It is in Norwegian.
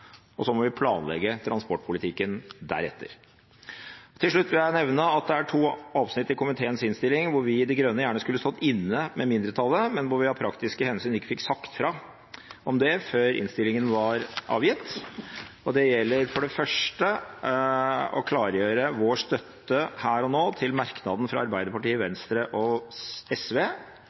og så må vi planlegge transportpolitikken deretter. Til slutt vil jeg nevne at det er to avsnitt i komiteens innstilling hvor vi i De Grønne gjerne skulle stått inne med mindretallet, men hvor vi av praktiske hensyn ikke fikk sagt fra om det før innstillingen var avgitt, og det gjelder for det første å klargjøre vår støtte her og nå til merknaden fra Arbeiderpartiet, Venstre og SV